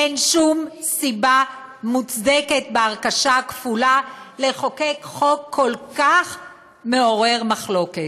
אין שום סיבה מוצדקת בהרכשה הכפולה לחוקק חוק כל כך מעורר מחלוקת.